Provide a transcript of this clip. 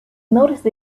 noticed